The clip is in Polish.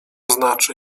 znaczy